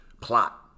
plot